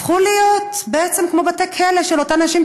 הפכו להיות בעצם כמו בתי כלא של אותן נשים,